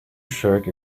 shirt